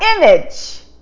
image